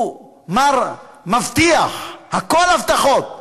הוא "מר מבטיח", הכול הבטחות.